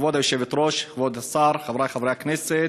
כבוד היושבת-ראש, כבוד השר, חברי חברי הכנסת,